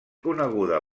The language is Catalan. coneguda